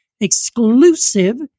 exclusive